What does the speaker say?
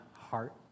heart